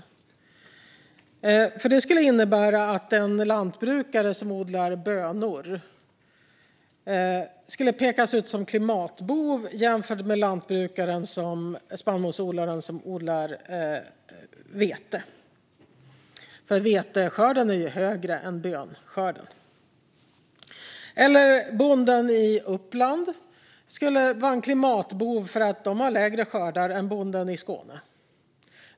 Det skulle nämligen innebära att en lantbrukare som odlar bönor skulle pekas ut som klimatbov jämfört med spannmålsodlaren som odlar vete. Veteskörden är ju större än bönskörden. Bonden i Uppland skulle vara en klimatbov eftersom den har mindre skördar än vad bonden i Skåne har.